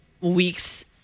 weeks